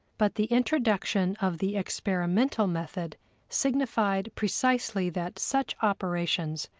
but the introduction of the experimental method signified precisely that such operations,